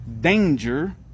danger